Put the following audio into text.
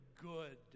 good